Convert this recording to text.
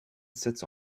sits